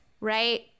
right